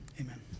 amen